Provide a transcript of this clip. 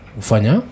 ufanya